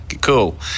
Cool